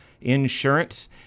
Insurance